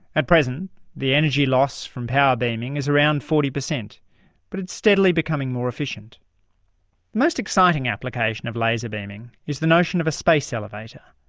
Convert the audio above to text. at present the energy loss from power beaming is around forty percent but it's steadily becoming more efficient. the most exciting application of laser beaming is the notion of a space elevator,